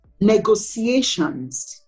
negotiations